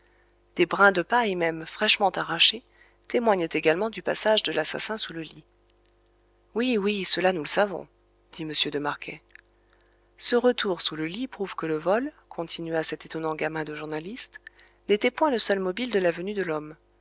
des brins de paille même fraîchement arrachés témoignent également du passage de l'assassin sous le lit oui oui cela nous le savons dit m de marquet ce retour sous le lit prouve que le vol continua cet étonnant gamin de journaliste n'était point le seul mobile de la venue de l'homme